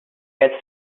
gets